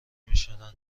میشدند